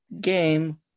game